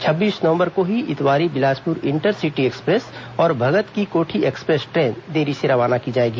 छब्बीस नवंबर को ही इतवारी बिलासपुर इंटरसिटी एक्सप्रेस और भगत की कोठी एक्सप्रेस ट्रेन देरी से रवाना की जाएगी